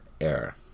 error